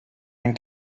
ein